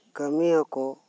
ᱠᱟᱹᱢᱤᱭᱟᱹᱠᱩ